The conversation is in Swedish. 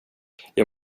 jag